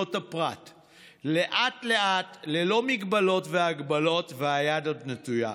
ובזכויות הפרט לאט-לאט ללא מגבלות והגבלות והיד עוד נטויה.